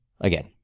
again